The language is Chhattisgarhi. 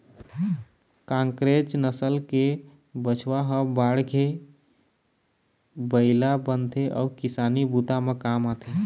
कांकरेज नसल के बछवा ह बाढ़के बइला बनथे अउ किसानी बूता म काम आथे